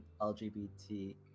LGBT